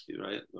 right